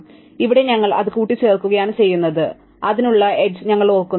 അതിനാൽ ഇവിടെ ഞങ്ങൾ അത് കൂട്ടിച്ചേർക്കുകയാണ് ചെയ്യുന്നത് അതിനുള്ള എഡ്ജ് ഞങ്ങൾ ഓർക്കുന്നു